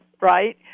right